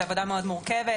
זאת עבודה מאוד מורכבת,